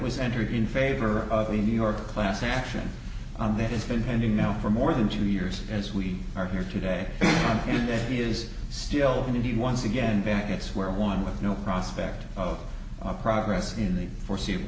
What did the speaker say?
was entered in favor of the new york class action there has been pending now for more than two years as we are here today and he is still in the once again back at square one with no prospect of progress in the foreseeable